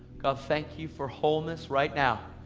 god, thank you for wholeness right now.